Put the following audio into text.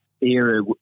era